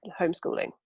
homeschooling